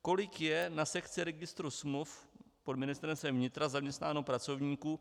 Kolik je na sekci registru smluv pod Ministerstvem vnitra zaměstnáno pracovníků?